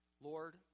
Lord